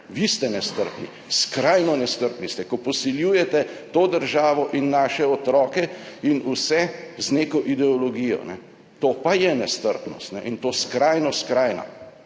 Vi ste nestrpni, skrajno nestrpni ste, ko posiljujete to državo in naše otroke in vse, z neko ideologijo. To pa je nestrpnost in to skrajno skrajna